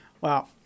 Wow